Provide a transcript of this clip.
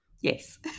Yes